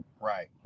Right